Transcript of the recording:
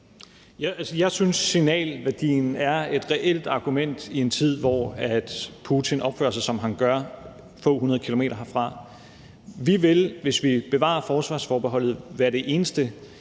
jeg synes, at signalværdien er et reelt argument i en tid, hvor Putin opfører sig, som han gør, få 100 km herfra. Vi vil, hvis vi bevarer forsvarsforbeholdet, være det eneste